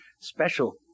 Special